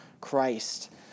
Christ